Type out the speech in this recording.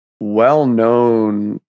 well-known